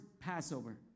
Passover